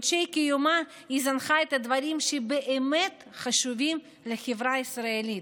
בחודשי קיומה היא זנחה את הדברים שבאמת חשובים לחברה הישראלית,